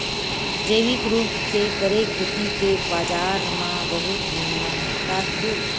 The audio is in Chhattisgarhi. जैविक रूप से करे खेती के बाजार मा बहुत महत्ता हे